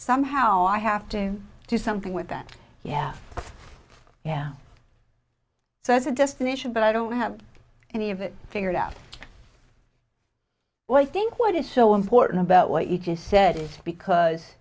somehow i have to do something with that yeah yeah so as a destination but i don't have any of it figured out what i think what is so important about what you just said because